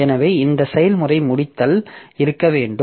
எனவே இந்த செயல்முறை முடித்தல் இருக்க வேண்டும்